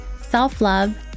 self-love